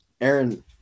aaron